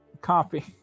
copy